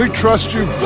ah trust you? i